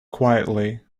quietly